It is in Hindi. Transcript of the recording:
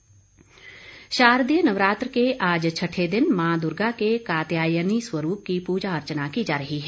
नवरात्र शारदीय नवरात्र के आज छठे दिन मां दूर्गा के कात्यायानी स्वरूप की पूजा अर्चना की जा रही है